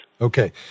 Okay